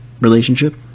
relationship